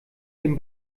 den